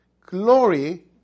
glory